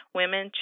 women